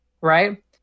right